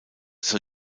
zur